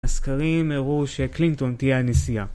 הסקרים הראו שקלינטון תהיה הנשיאה